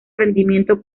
rendimiento